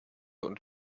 und